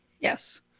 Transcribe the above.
Yes